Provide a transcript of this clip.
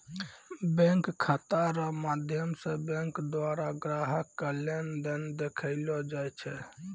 bank खाता रो माध्यम से बैंक द्वारा ग्राहक के लेन देन देखैलो जाय छै